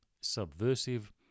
subversive